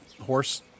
Horse